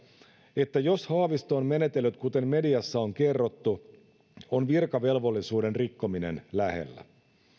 että jos haavisto on menetellyt kuten mediassa on kerrottu on virkavelvollisuuden rikkominen lähellä